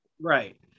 Right